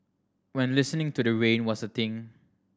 when listening to the rain was a thing